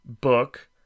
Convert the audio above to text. book